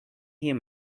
him